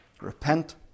Repent